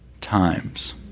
times